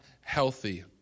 healthy